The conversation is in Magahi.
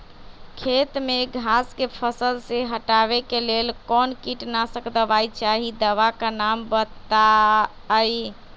खेत में घास के फसल से हटावे के लेल कौन किटनाशक दवाई चाहि दवा का नाम बताआई?